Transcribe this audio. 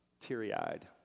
teary-eyed